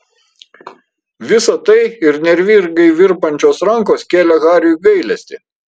visa tai ir nervingai virpančios rankos kėlė hariui gailestį